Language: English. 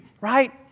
Right